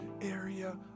area